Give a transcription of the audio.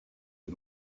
est